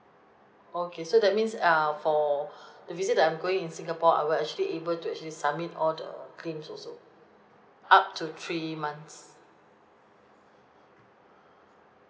okay so that means uh for the visit that I'm going in singapore I will actually able to actually submit all the claims also up to three months